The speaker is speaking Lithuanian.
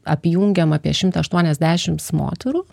apjungiam apie šimtą aštuoniasdešimts moterų